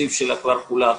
שהתקציב שלה כבר חולק.